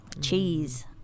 Cheese